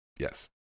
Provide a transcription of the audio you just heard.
Yes